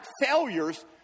failures